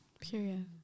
period